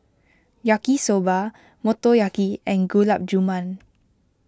Yaki Soba Motoyaki and Gulab Jamun